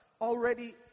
already